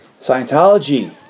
Scientology